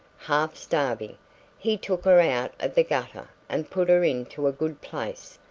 half-starving he took her out of the gutter and put her into a good place,